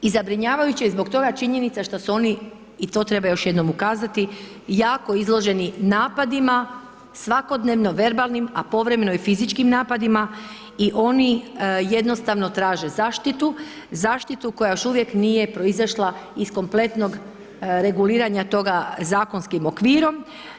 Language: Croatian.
I zabrinjavajuća je zbog toga činjenica što su oni i to treba još jednom ukazati jako izloženi napadima, svakodnevno verbalnim a povremeno i fizičkim napadima i oni jednostavno traže zaštitu, zaštitu koja još uvijek nije proizašla iz kompletnog reguliranja toga zakonskim okvirom.